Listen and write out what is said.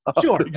Sure